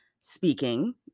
speaking